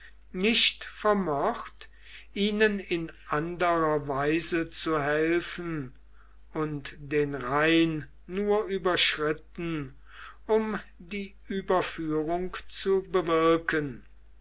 nicht vermocht ihnen in anderer weise zu helfen und den rhein nur überschritten um die überführung zu bewirken